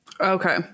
Okay